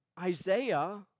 Isaiah